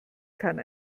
kann